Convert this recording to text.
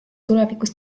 tulevikus